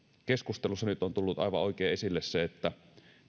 keskustelussa nyt on tullut aivan oikein esille se että